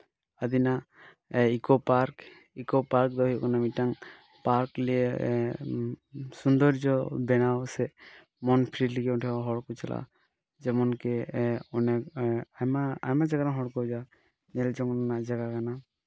ᱟᱹᱫᱤᱱᱟ ᱤᱠᱳ ᱯᱟᱨᱠ ᱤᱠᱳ ᱯᱟᱨᱠ ᱫᱚ ᱦᱩᱭᱩᱜ ᱠᱟᱱᱟ ᱢᱤᱫᱴᱟᱝ ᱯᱟᱨᱠ ᱞᱤᱭᱮ ᱥᱩᱱᱫᱚᱨᱡᱚ ᱵᱮᱱᱟᱣ ᱥᱮ ᱢᱚᱱ ᱯᱷᱨᱤ ᱞᱟᱹᱜᱤᱫ ᱚᱸᱰᱮ ᱦᱚᱸ ᱦᱚᱲ ᱠᱚ ᱪᱟᱞᱟᱜᱼᱟ ᱡᱮᱢᱚᱱ ᱠᱤ ᱚᱸᱰᱮ ᱟᱭᱢᱟ ᱟᱭᱢᱟ ᱡᱟᱭᱜᱟ ᱨᱮᱱ ᱦᱚᱲ ᱠᱚ ᱦᱤᱡᱩᱜᱼᱟ ᱧᱮᱞ ᱡᱚᱝ ᱨᱮᱱᱟᱜ ᱡᱟᱭᱜᱟ ᱠᱟᱱᱟ